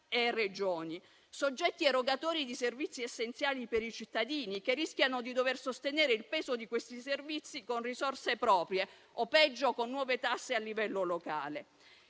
e Regioni, soggetti erogatori di servizi essenziali per i cittadini, che rischiano di dover sostenere il peso di questi servizi con risorse proprie o, peggio, con nuove tasse a livello locale.